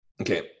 Okay